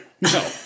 No